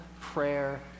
prayer